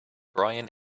brian